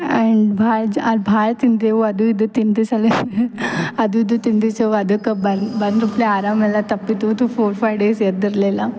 and ಭಾಳ ಜಾ ಅಲ್ಲಿ ಭಾಳ ತಿಂದೆವು ಅದು ಇದು ತಿಂದದ್ದು ಸಲಕ್ ಅದು ಇದು ತಿಂದು ಸೊ ಅದಕ್ಕೆ ಬಂದು ಬಂದಪ್ಲೇ ಆರಾಮೆಲ್ಲ ತಪ್ಪಿತ್ತು ಅದು ಫೋರ್ ಫೈವ್ ಡೇಸ್ ಎದ್ದಿರಲಿಲ್ಲ